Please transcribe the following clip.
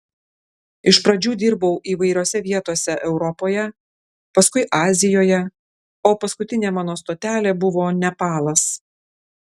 iš pradžių dirbau įvairiose vietose europoje paskui azijoje o paskutinė mano stotelė buvo nepalas